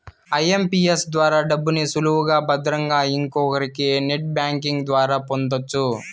IMPS ద్వారా డబ్బుని సులువుగా భద్రంగా ఇంకొకరికి నెట్ బ్యాంకింగ్ ద్వారా పొందొచ్చు